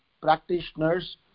practitioners